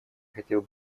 хотел